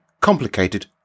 complicated